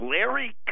Larry